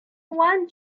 one